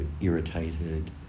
irritated